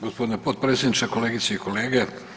Gospodine potpredsjedniče, kolegice i kolege.